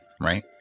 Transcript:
right